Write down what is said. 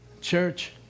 Church